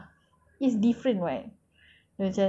then macam dekat sini cuma gelap sahaja lah begitu